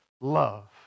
love